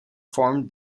formed